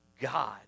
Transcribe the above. God